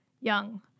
Young